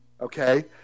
okay